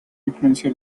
influencia